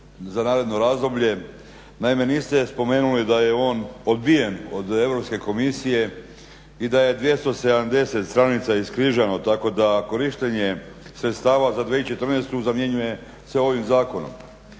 za naredno razdoblje. Naime, niste spomenuli da je on odbijen od Europske komisije i da je 270 stranica iskrižano tako da korištenje sredstava za 2014. zamjenjuje se ovim zakonom.